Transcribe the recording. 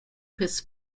his